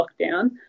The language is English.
lockdown